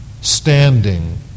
standing